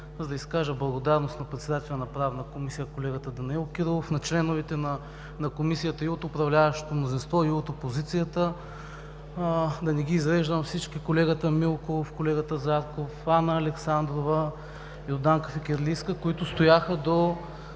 за да изкажа благодарност на председателя на Правната комисия – колегата Данаил Кирилов, на членовете на Комисията от управляващото мнозинство и от опозицията, да не ги изреждам всички – колегата Милков, колегата Зарков, Анна Александрова, Йорданка Фикирлийска, които стояха до